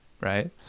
right